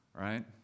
right